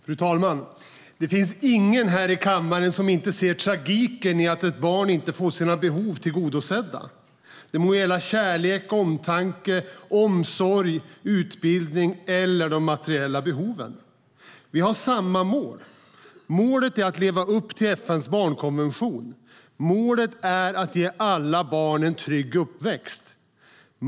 Fru talman! Det finns ingen här i kammaren som inte ser tragiken i att ett barn inte får sina behov tillgodosedda. Det må gälla kärlek, omtanke, omsorg, utbildning eller materiella behov. Vi har samma mål. Målet är att leva upp till FN:s barnkonvention. Målet är att ge alla barn en trygg uppväxt.